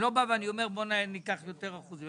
אני לא בא ואומר: "בואו ניקח יותר אחוזים".